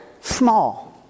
small